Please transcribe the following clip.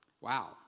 Wow